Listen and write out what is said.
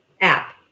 app